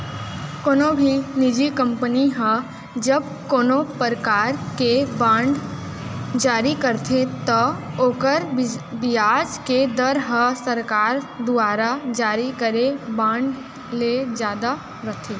कोनो भी निजी कंपनी ह जब कोनों परकार के बांड जारी करथे त ओकर बियाज के दर ह सरकार दुवारा जारी करे बांड ले जादा रथे